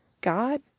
God